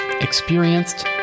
experienced